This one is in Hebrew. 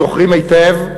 זוכרים היטב,